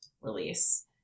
release